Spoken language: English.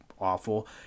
awful